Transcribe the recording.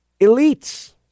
elites